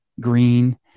green